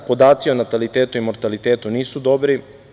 Podaci o natalitetu i mortalitetu nisu dobri.